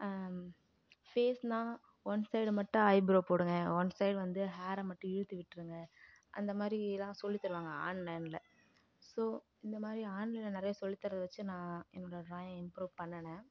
ஃபேஸ்னா one side மட்டும் eyebrow போடுங்கள் one side வந்து ஹேரை மட்டும் இழுத்து விட்டுடுங்க அந்த மாதிரிலாம் சொல்லித் தருவாங்க ஆன்லைனில் ஸோ இந்தமாதிரி ஆன்லைனில் நிறையா சொல்லித் தரதை வச்சு நான் என்னோடய டிராயிங்கை இம்ப்ரூவ் பண்ணினேன்